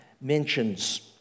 mentions